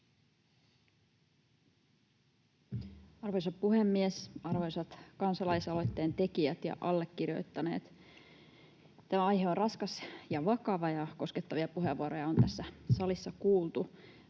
Arvoisa puhemies! Arvoisat kansalaisaloitteen tekijät ja allekirjoittaneet! Tämä aihe on raskas ja vakava, ja koskettavia puheenvuoroja on tässä salissa kuultu.